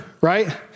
right